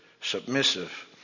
submissive